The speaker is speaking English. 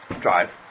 drive